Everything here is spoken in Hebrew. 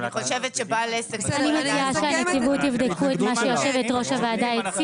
אני מציעה שתבדקו את מה שהציעה יושבת ראש הוועדה.